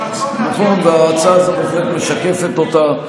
ההצעה הזאת בהחלט משקפת אותה.